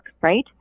right